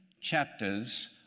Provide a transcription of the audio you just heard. chapters